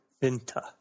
Vinta